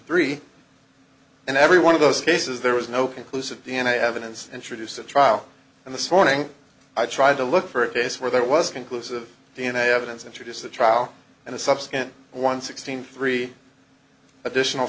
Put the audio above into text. three and every one of those cases there was no conclusive d n a evidence introduced at trial and this morning i tried to look for it base where there was conclusive d n a evidence introduced at trial and a subsequent one sixteen three additional